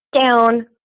down